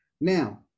Now